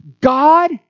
God